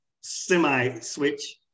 semi-switch